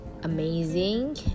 Amazing